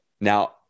Now